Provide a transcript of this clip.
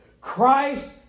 Christ